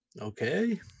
Okay